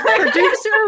Producer